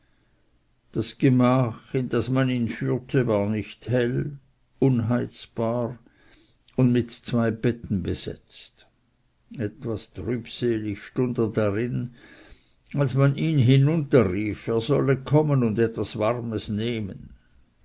das gemach in das man ihn führte war nicht hell unheizbar und mit zwei betten besetzt etwas trübselig stund er darin als man ihn hinunterrief er solle kommen und etwas warmes nehmen